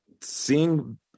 seeing